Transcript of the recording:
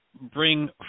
bring